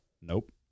Nope